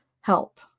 help